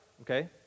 okay